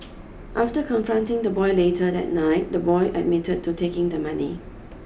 after confronting the boy later that night the boy admitted to taking the money